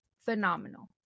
phenomenal